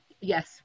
Yes